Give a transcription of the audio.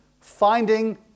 finding